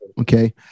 Okay